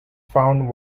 found